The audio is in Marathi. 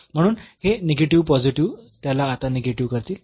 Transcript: म्हणून हे निगेटिव्ह पॉझिटिव्ह त्याला आता निगेटिव्ह करतील